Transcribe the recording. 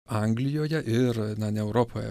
anglijoje ir na ne europoje